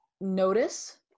notice